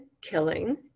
killing